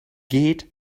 geht